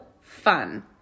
fun